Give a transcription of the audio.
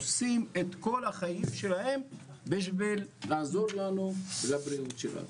עושים את כל החיים שלהם בשביל לעזור לנו לבריאות שלנו,